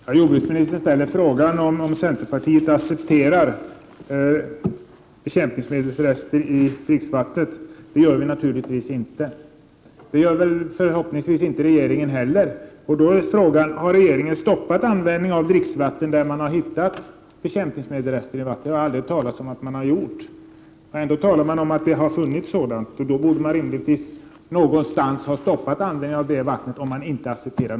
Fru talman! Jordbruksministern ställer frågan om centerpartiet accepterar bekämpningsmedelsrester i dricksvattnet. Det gör vi naturligtvis inte! Det gör förhoppningsvis inte regeringen heller. Då är frågan: Har regeringen stoppat användningen av sådant dricksvatten där man har hittat rester av bekämpningsmedel? Det har jag aldrig hört sägas. Ändå talar man om att dylika rester har funnits. Någon borde ha stoppat användningen av sådant vatten om dessa rester inte accepteras.